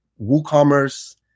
WooCommerce